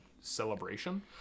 celebration